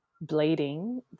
bleeding